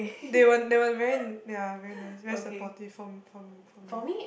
they were they were very ya very nice very supportive from from from my